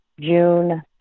June